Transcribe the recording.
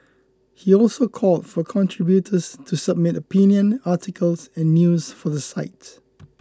he also called for contributors to submit opinion articles and news for the site